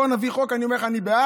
בוא, נביא חוק, אני אומר לך שאני בעד,